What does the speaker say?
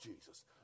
Jesus